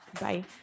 Bye